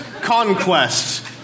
conquest